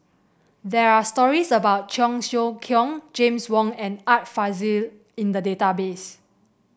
there are stories about Cheong Siew Keong James Wong and Art Fazil in the database